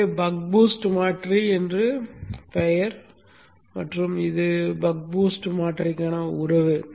எனவே buck boost மாற்றி என்று பெயர் மற்றும் இது பக் பூஸ்ட் மாற்றிக்கான உறவு